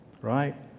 right